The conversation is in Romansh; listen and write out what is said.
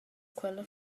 quella